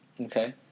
Okay